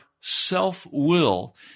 self-will